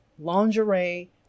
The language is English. lingerie